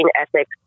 ethics